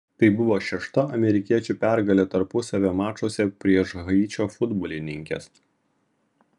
tai buvo šešta amerikiečių pergalė tarpusavio mačuose prieš haičio futbolininkes